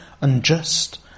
unjust